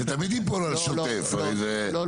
לא,